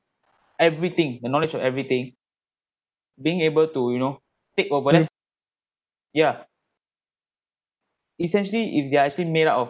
everything the knowledge of everything being able to you know take over yeah essentially if they are actually made up of